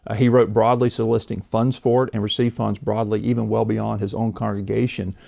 ah he wrote broadly soliciting funds for it and received funds broadly even well beyond his own congregation,